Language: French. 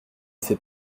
fait